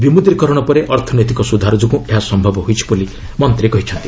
ବିମୁଦ୍ରୀକରଣ ପରେ ଅର୍ଥନୈତିକ ସ୍ୱଧାର ଯୋଗୁଁ ଏହା ସମ୍ଭବ ହୋଇଛି ବୋଲି ମନ୍ତ୍ରୀ କହିଛନ୍ତି